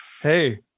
Hey